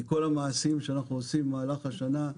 כי כל המעשים שאנחנו עושים במהלך השנה,